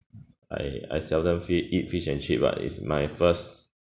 I I seldom feed eat fish and chip ah it's my first